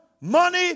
money